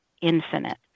infinite